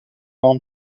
avant